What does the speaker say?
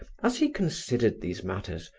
as he considered these matters,